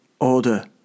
order